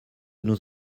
nous